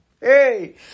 Hey